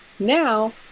Now